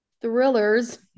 thrillers